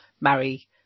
marry